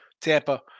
Tampa